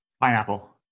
Pineapple